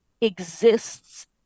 exists